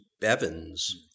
Bevins